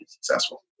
successful